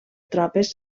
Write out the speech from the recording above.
tropes